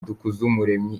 dukuzumuremyi